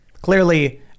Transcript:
clearly